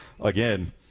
again